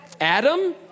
Adam